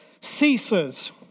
ceases